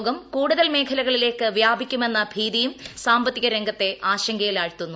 രോഗം കൂടുതൽ മേഖലകളിലേക്ക് വ്യാപിക്കുമെന്ന് ഭീതിയും സാമ്പത്തിക രംഗത്തെ ആശങ്കയിലാഴ്ത്തുന്നു